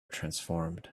transformed